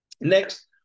Next